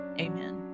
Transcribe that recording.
Amen